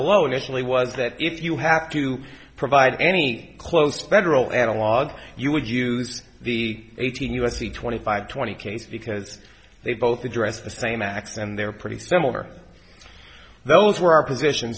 below initially was that if you have to provide any closed federal analog you would use the eighteen u s c twenty five twenty case because they both address the same acts and they're pretty similar those were our position